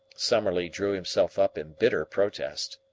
summerlee drew himself up in bitter protest.